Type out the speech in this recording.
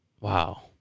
Wow